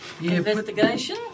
Investigation